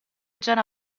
gian